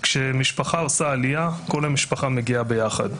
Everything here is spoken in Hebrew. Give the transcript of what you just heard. כשמשפחה עושה עלייה, כל המשפחה מגיעה ביחד.